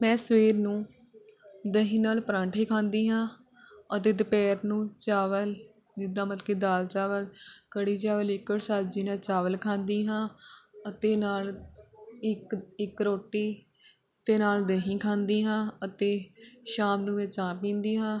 ਮੈਂ ਸਵੇਰ ਨੂੰ ਦਹੀਂ ਨਾਲ ਪਰਾਂਠੇ ਖਾਂਦੀ ਹਾਂ ਅਤੇ ਦੁਪਹਿਰ ਨੂੰ ਚਾਵਲ ਜਿੱਦਾਂ ਮਤਲਬ ਕਿ ਦਾਲ ਚਾਵਲ ਕੜੀ ਚਾਵਲ ਲਿਕੁਇਡ ਸਬਜ਼ੀ ਨਾਲ ਚਾਵਲ ਖਾਂਦੀ ਹਾਂ ਅਤੇ ਨਾਲ ਇੱਕ ਇੱਕ ਰੋਟੀ ਅਤੇ ਨਾਲ ਦਹੀਂ ਖਾਂਦੀ ਹਾਂ ਅਤੇ ਸ਼ਾਮ ਨੂੰ ਮੈਂ ਚਾਹ ਪੀਂਦੀ ਹਾਂ